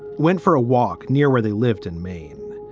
went for a walk near where they lived in maine.